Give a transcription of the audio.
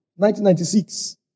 1996